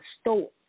store